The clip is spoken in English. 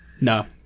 No